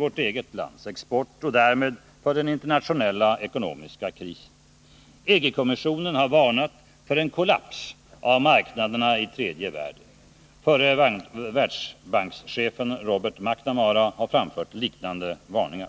vårt eget lands export och därmed för den internationella ekonomiska krisen. EG kommissionen har varnat för en kollaps av marknaderna i tredje världen. Förre världsbankschefen Robert McNamara har framfört liknande varningar.